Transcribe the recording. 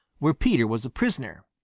where peter was a prisoner.